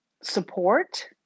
support